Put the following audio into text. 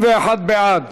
41 בעד,